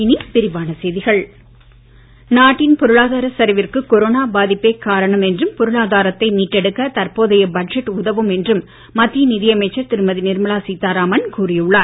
budget Nirmala Sitharaman நாட்டின் பொருளாதார சரிவிற்கு கொரோனா பாதிப்பே காரணம் என்றும் பொருளாதாரத்தை மீட்டெடுக்க தற்போதைய பட்ஜெட் உதவும் என்றும் மத்திய நிதியமைச்சர் திருமதி நிர்மலா சீதாராமன் கூறி உள்ளார்